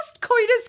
coitus